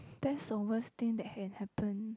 that's the worst thing that can happen